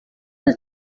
del